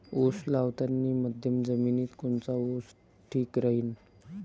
उस लावतानी मध्यम जमिनीत कोनचा ऊस ठीक राहीन?